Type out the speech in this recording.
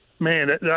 Man